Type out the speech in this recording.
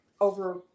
over